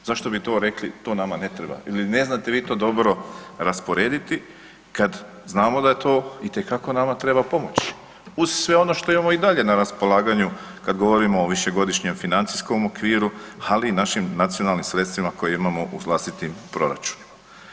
Zašto bi to rekli to nama ne treba ili ne znate vi to dobro rasporediti kad znamo da to itekako treba nama pomoći uz sve ono što imamo i dalje na raspolaganju kad govorimo o višegodišnjem financijskom okviru ali i našim nacionalnim sredstvima koje imamo u vlastitim proračunima.